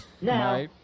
Now